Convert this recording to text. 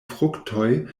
fruktoj